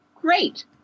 great